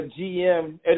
GM